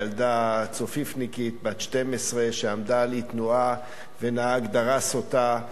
ילדה צופיפניקית בת 12 שעמדה על אי תנועה ונהג דרס אותה.